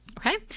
Okay